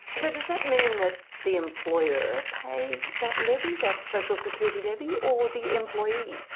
so does that mean that the employer pays that levy, that social security levy, or the employee?